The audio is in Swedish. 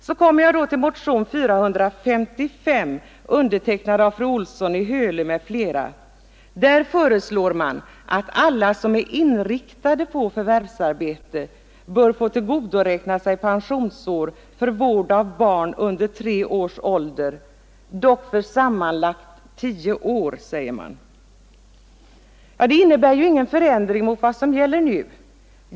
Sedan kommer jag till motionen 455 av fru Olsson i Hölö m.fl. Där föreslås att alla som är inriktade på förvärvsarbete bör få tillgodoräkna sig pensionsår för vård av barn under tre års ålder för sammanlagt tio år. Det innebär ju ingen förändring mot vad som nu gäller.